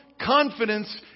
confidence